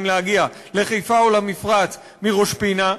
להגיע לחיפה או למפרץ מראש-פינה,